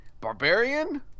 Barbarian